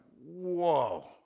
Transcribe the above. whoa